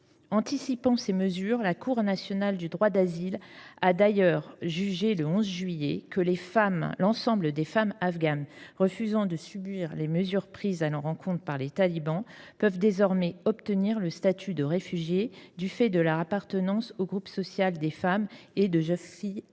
Anticipant ces mesures, la Cour nationale du droit d’asile a d’ailleurs jugé, le 11 juillet dernier, que « l’ensemble des femmes afghanes refusant de subir les mesures prises à leur encontre par les talibans peuvent désormais obtenir le statut de réfugiées du fait de leur appartenance au groupe social des femmes et des jeunes filles